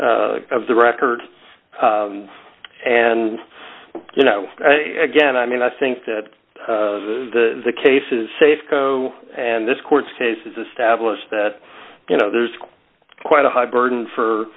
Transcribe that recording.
of the record and you know again i mean i think that the case is safeco and this court case is established that you know there's quite a high burden for